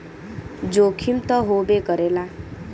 जोखिम त होबे करेला